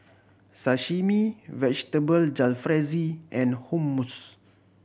Sashimi Vegetable Jalfrezi and Hummus